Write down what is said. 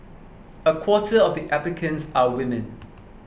a quarter of the applicants are women